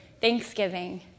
thanksgiving